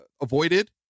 avoided